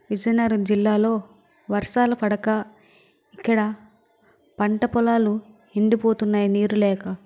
విజయనగరం జిల్లాలో వర్షాల పడక ఇక్కడ పంట పొలాలు ఎండిపోతున్నాయి నీరు లేక